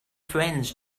friends